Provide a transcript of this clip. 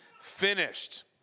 finished